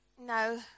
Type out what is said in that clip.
no